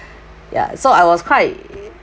ya so I was quite